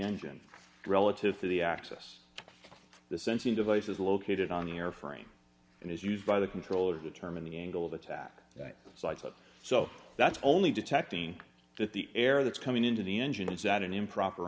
engine relative to the access to the sensing devices located on the airframe and is used by the controller determine the angle of attack so i type so that's only detecting that the air that's coming into the engine is out an improper